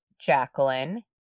Jacqueline